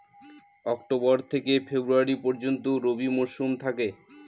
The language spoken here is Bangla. অক্টোবর থেকে ফেব্রুয়ারি পর্যন্ত রবি মৌসুম থাকে